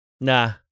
Nah